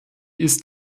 ist